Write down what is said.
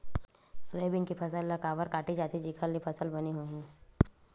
Soybean के फसल ल काबर काटे जाथे जेखर ले फसल बने होही?